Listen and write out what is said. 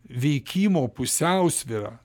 veikimo pusiausvyrą